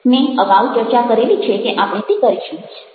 મેં અગાઉ ચર્ચા કરેલી છે કે આપણે તે કરીશું